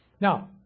Now